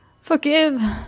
forgive